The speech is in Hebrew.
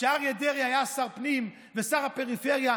כשאריה דרעי היה שר פנים ושר הפריפריה,